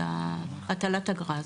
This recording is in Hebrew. את ההטלת אגרה,